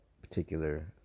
particular